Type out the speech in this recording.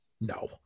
No